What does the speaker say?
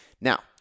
Now